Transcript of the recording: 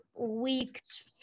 weeks